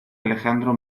alejandro